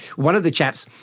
one of the chaps,